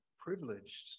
privileged